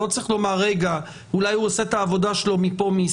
לא צריך לומר שאולי הוא עושה את העבודה שלו מישראל.